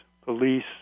police